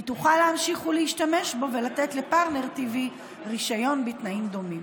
היא תוכל להמשיך להשתמש בו ולתת לפרטנר TV רישיון בתנאים דומים.